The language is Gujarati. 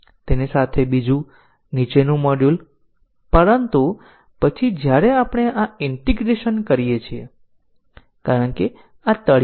જે પરિભાષા આપણે અહીં ચર્ચા કરી છે તે એક પરિવર્તિત કાર્યક્રમ છે